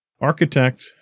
Architect